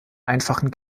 einfachen